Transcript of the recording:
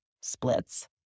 splits